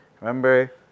Remember